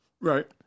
Right